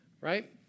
right